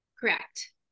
Correct